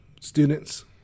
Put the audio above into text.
students